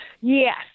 yes